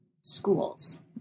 schools